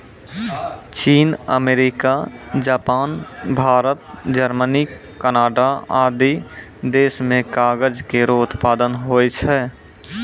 चीन, America, Japan, Bharat, Germany, Canada आदि देस म कागज केरो उत्पादन होय छै